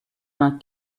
vingt